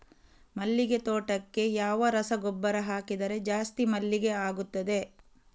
ಮಲ್ಲಿಗೆ ತೋಟಕ್ಕೆ ಯಾವ ರಸಗೊಬ್ಬರ ಹಾಕಿದರೆ ಜಾಸ್ತಿ ಮಲ್ಲಿಗೆ ಆಗುತ್ತದೆ?